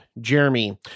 Jeremy